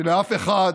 שלאף אחד